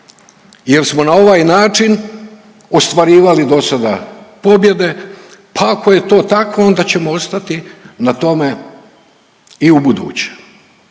jer smo na ovaj način ostvarivali dosada pobjede pa ako je to tako onda ćemo ostati na tome i ubuduće.